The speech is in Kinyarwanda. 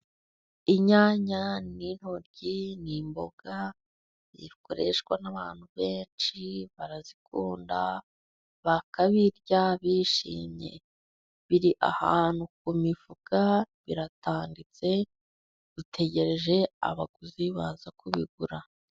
Inyanya n'intoryi ni imboga zikoreshwa n'abantu benshi, barazikunda bakabirya bishimye. Biri ahantu ku mifuka biratanditse, dutegereje abaguzi baza kubigura.